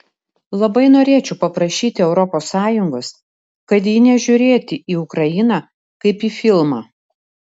labai norėčiau paprašyti europos sąjungos kad ji nežiūrėti į ukrainą kaip į filmą